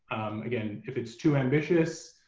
again, if it's too ambitious.